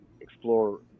explore